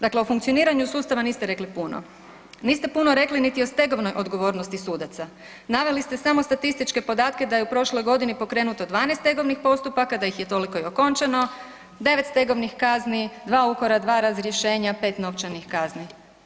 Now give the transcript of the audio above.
Dakle, o funkcioniranju sustava niste rekli puno, niste puno rekli niti o stegovnoj odgovornosti sudaca, naveli ste samo statističke podatke da je u prošloj godini pokrenuto 12 stegovnih postupaka, da ih je toliko i okončano, 9 stegovnih kazni, 2 ukora, 2 razrješenja, 5 novčanih kazni.